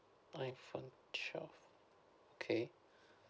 iphone twelve okay